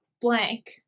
blank